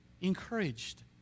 encouraged